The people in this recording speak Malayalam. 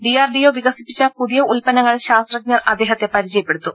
ഡി ആർ ഡി ഒ വികസിപ്പിച്ച പുതിയ ഉൽപ്പന്നങ്ങൾ ശാസ്ത്ര ജ്ഞർ അദ്ദേഹത്തെ പരിചയപ്പെടുത്തും